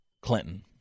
Clinton